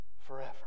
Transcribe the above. forever